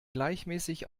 gleichmäßig